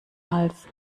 hals